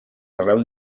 arreu